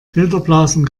filterblasen